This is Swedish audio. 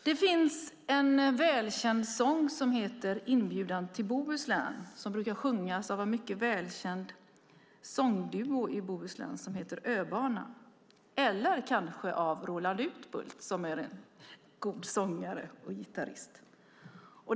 Det finns en välkänd sång som heter Inbjudan till Bohuslän som brukar sjungas av en mycket välkänd sångduo i Bohuslän som heter Öbarna - eller kanske av Roland Utbult, som är en god sångare och gitarrist.